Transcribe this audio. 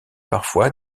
parfois